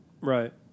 Right